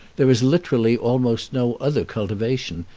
there is literally almost no other cultivation,